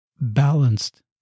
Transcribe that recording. balanced